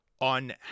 on